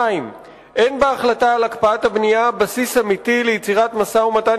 2. אין בהחלטה על הקפאת הבנייה בסיס אמיתי ליצירת משא-ומתן